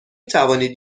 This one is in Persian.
توانید